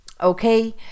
okay